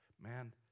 Man